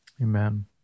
Amen